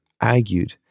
argued